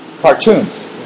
Cartoons